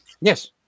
Yes